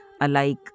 alike